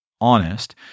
honest